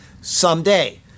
someday